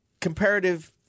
comparative